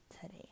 today